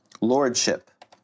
Lordship